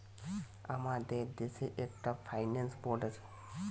আমাদের দেশে একটা ফাইন্যান্স বোর্ড আছে